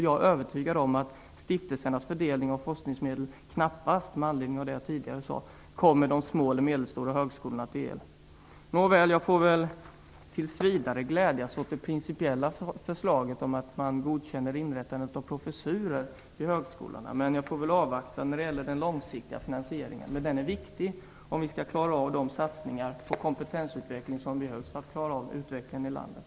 Jag är övertygad om att stiftelsernas fördelning av forskningsmedel knappast - med anledning av det jag sade tidigare - kommer de små eller medelstora högskolorna till del. Nåväl, jag får väl tills vidare glädjas åt det principiella förslaget att man godkänner inrättandet av professurer vid högskolorna. Jag får väl avvakta när det gäller den långsiktiga finansieringen. Men den är viktig om vi skall klara av de satsningar på kompetensutveckling som behövs för att klara av utvecklingen i landet.